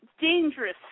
dangerous